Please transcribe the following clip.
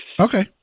Okay